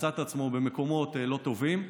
מצא את עצמו במקומות לא טובים,